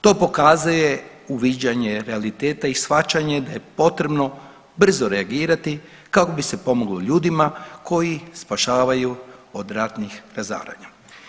To pokazuje uviđanje realiteta i i shvaćanje da je potrebno brzo reagirati kako bi se pomoglo ljudima koji spašavaju od ratnih razaranja.